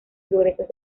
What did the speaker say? progresos